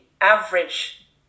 average